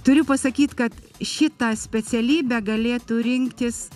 turiu pasakyt kad šitą specialybę galėtų rinktis